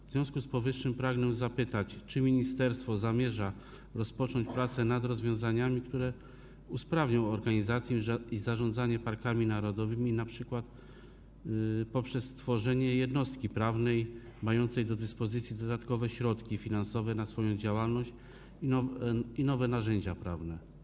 W związku z powyższym pragnę zapytać, czy ministerstwo zamierza rozpocząć prace nad rozwiązaniami, które usprawnią organizację i zarządzanie parkami narodowymi, np. poprzez stworzenie jednostki prawnej mającej do dyspozycji dodatkowe środki finansowe na swoją działalność i nowe narzędzia prawne.